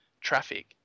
traffic